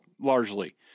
largely